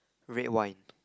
red wine